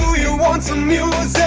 you want some music?